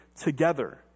together